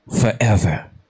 forever